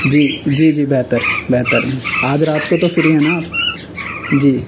جی جی جی بہتر بہتر آج رات کو تو فری ہیں نا آپ جی